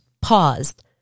paused